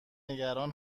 نگران